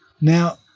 now